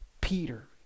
Peter